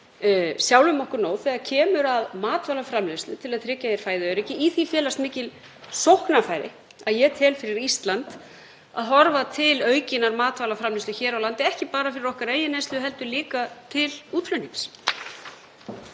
sjálfum okkur nóg þegar kemur að matvælaframleiðslu til að tryggja hér fæðuöryggi. Í því felast mikil sóknarfæri, að ég tel, fyrir Ísland, að horfa til aukinnar matvælaframleiðslu hér á landi, ekki bara fyrir okkar eigin neyslu heldur líka til útflutnings.